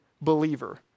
believer